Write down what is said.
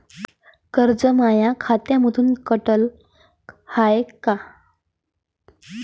कर्ज माया खात्यामंधून कटलं हाय का?